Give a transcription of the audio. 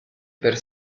per